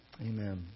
Amen